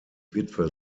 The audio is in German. witwe